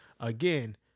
again